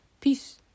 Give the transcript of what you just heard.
Peace